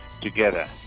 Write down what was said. together